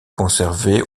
conservée